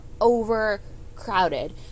overcrowded